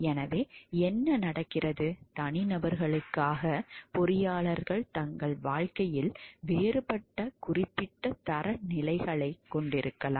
எனவே என்ன நடக்கிறது தனிநபர்களாக பொறியாளர்கள் தங்கள் வாழ்க்கையில் வேறுபட்ட குறிப்பிட்ட தரநிலையைக் கொண்டிருக்கலாம்